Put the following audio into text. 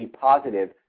positive